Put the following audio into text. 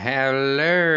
Hello